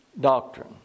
doctrine